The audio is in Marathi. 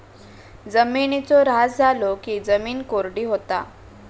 जिमिनीचो ऱ्हास झालो की जिमीन कोरडी होता